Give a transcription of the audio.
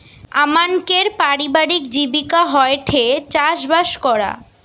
আমানকের পারিবারিক জীবিকা হয়ঠে চাষবাস করা